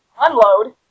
Unload